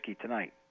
tonight